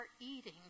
eating